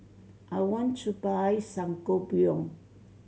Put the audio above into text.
I want to buy Sangobion